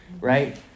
right